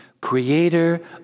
Creator